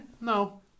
no